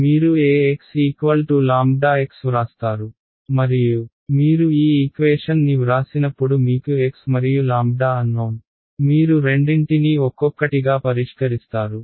మీరు Axx వ్రాస్తారు మరియు మీరు ఈ ఈక్వేషన్ ని వ్రాసినప్పుడు మీకు x మరియు అన్నోన్ మీరు రెండింటినీ ఒక్కొక్కటిగా పరిష్కరిస్తారు